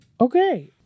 Okay